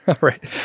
Right